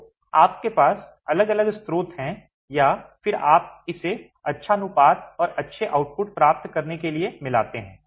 तो आपके पास अलग अलग स्रोत हैं और फिर आप इसे एक अच्छा अनुपात और अच्छे आउटपुट प्राप्त करने के लिए मिलाते हैं